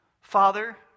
Father